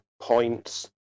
points